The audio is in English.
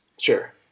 sure